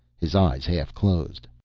his eyes half closed.